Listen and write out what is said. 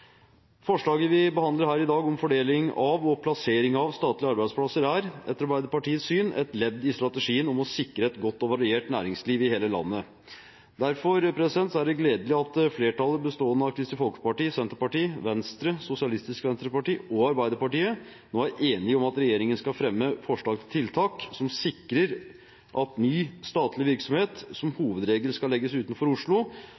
Forslaget vi behandler her i dag, om fordeling og plassering av statlige arbeidsplasser, er etter Arbeiderpartiets syn et ledd i strategien for å sikre et godt og variert næringsliv i hele landet. Derfor er det gledelig at flertallet, bestående av Kristelig Folkeparti, Senterpartiet, Venstre, Sosialistisk Venstreparti og Arbeiderpartiet, nå er enige om at regjeringen skal «fremme forslag til tiltak som sikrer at ny statlig virksomhet som hovedregel legges utenfor Oslo